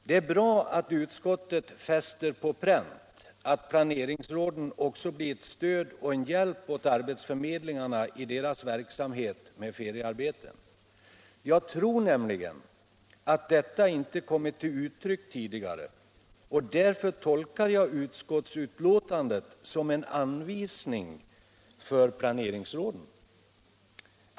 Det är bra att utskottet fäster på pränt att planeringsråden också blir ett stöd och en hjälp åt arbetsförmedlingarna i deras verksamhet med feriearbeten. Jag tror nämligen att detta inte kommit till uttryck tidigare, och därför tolkar jag utskottsbetänkandet som en anvisning för planeringsråden.